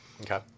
Okay